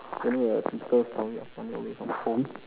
you know the typical story of running away from home